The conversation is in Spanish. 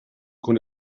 con